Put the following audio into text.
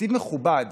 נתיב מכובד,